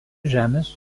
žemės